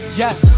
yes